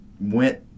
went